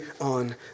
on